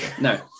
No